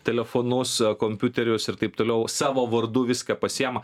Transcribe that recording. telefonus kompiuterius ir taip toliau savo vardu viską pasiema